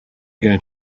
going